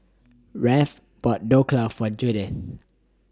Rafe bought Dhokla For Judith